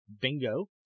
Bingo